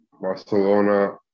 Barcelona